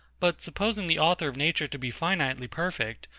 but supposing the author of nature to be finitely perfect,